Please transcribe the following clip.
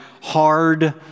hard